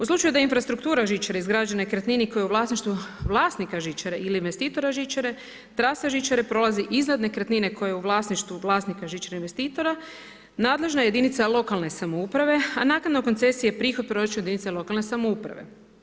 U slučaju da infrastruktura žičare izgrađena na nekretnini koja u vlasništvu vlasnika žičare ili investitora žičare, trasa žičare prolazi iznad nekretnine koja je u vlasništvu vlasnika žičanih investitora nadležna jedinice lokalne samouprave, a naknada koncesija prihod proračuna jedinice lokalne samouprave.